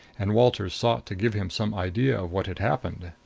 and walters sought to give him some idea of what had happened.